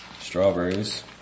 Strawberries